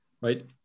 right